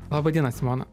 laba diena simona